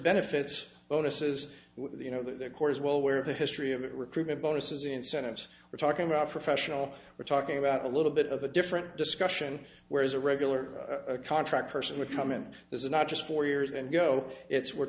benefits bonuses you know their courses well where the history of it recruitment bonuses incentives we're talking about professional we're talking about a little bit of a different discussion whereas a regular contract person would come in and this is not just for years and go it's we're